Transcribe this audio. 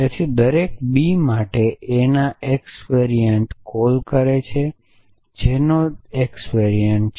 તેથી તે દરેક બી માટે a ના x વેરિઅન્ટ ક callલ કરે છે જે એનો x વેરિઅન્ટ છે